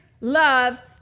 love